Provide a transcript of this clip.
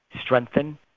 strengthen